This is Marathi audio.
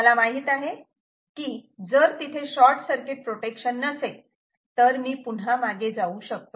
तुम्हाला माहित आहे ती जर तिथे शॉर्ट सर्किट प्रोटेक्शन नसेल तर मी पुन्हा मागे जाऊ शकतो